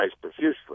profusely